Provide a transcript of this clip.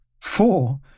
Four